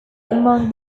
among